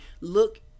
look